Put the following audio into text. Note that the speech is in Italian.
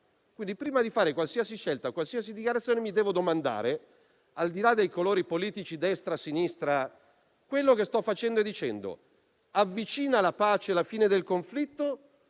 Quindi prima di fare qualsiasi scelta o qualsiasi dichiarazione, mi devo domandare, al di là dei colori politici di destra e di sinistra, se quello che sto facendo e dicendo avvicina o allontana la pace e la fine del conflitto.